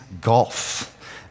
golf